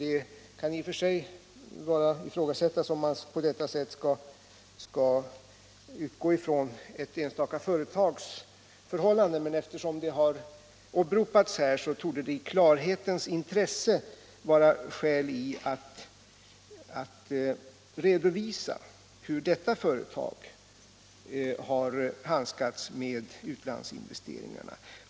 Det kan i och för sig ifrågasättas om man skall utgå ifrån ett enstaka företags förhållanden, men eftersom detta företag har åberopats här torde det i klarhetens intresse vara skäl i att redovisa hur företaget har handskats med utlandsinvesteringarna.